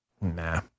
Nah